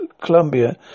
Columbia